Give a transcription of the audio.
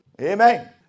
Amen